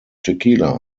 tequila